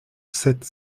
sept